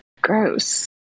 gross